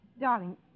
Darling